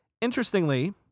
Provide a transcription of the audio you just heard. Interestingly